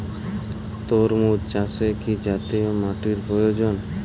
তরমুজ চাষে কি জাতীয় মাটির প্রয়োজন?